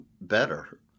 better